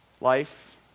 life